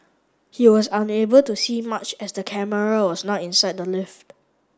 he was unable to see much as the camera was not inside the lift